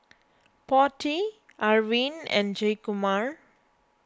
Potti Arvind and Jayakumar